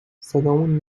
صدامون